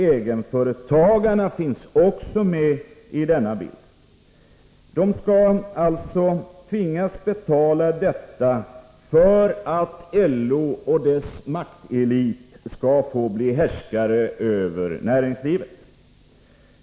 Egenföretagarna finns också med i bilden. De skall tvingas vara med och betala dessa avgifter för att LO och dess maktelit skall bli härskare över näringslivet.